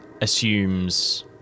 assumes